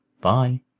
Bye